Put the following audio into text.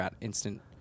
instant